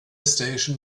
station